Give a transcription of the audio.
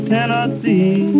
Tennessee